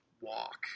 walk